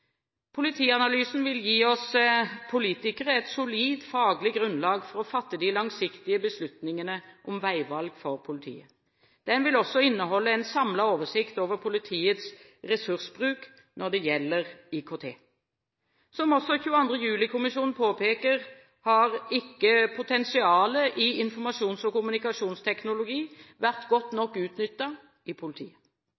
Politianalysen vil gi oss politikere et solid faglig grunnlag for å fatte de langsiktige beslutningene om veivalg for politiet. Den vil også inneholde en samlet oversikt over politiets ressursbruk når det gjelder IKT. Som også 22. juli-kommisjonen påpeker, har ikke «potensialet i informasjons- og kommunikasjonsteknologi vært godt